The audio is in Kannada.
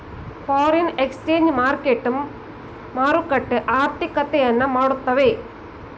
ಫಾರಿನ್ ಎಕ್ಸ್ಚೇಂಜ್ ಮಾರ್ಕೆಟ್ ಮಾರುಕಟ್ಟೆ ಆರ್ಥಿಕತೆಯನ್ನು ಮಾಡುತ್ತವೆ